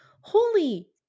holy